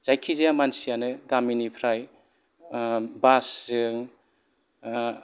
जायखि जाया मानसियानो गामिनिफ्राय बासजों